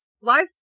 Life